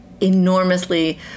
enormously